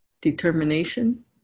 determination